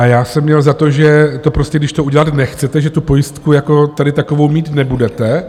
Já jsem měl za to, že prostě když to udělat nechcete, že tu pojistku jako takovou tady mít nebudete.